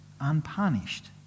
unpunished